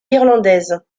irlandaises